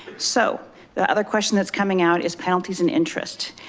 so the other question that's coming out is penalties and interest.